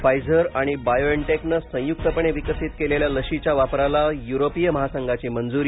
Pfizer आणि बायोएनटेकनं संयुक्तपणे विकसीत केलेल्या लशीच्या वापराला युरोपीय महासंघाची मंजुरी